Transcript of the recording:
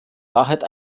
wahrheit